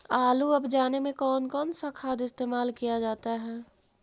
आलू अब जाने में कौन कौन सा खाद इस्तेमाल क्या जाता है?